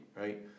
right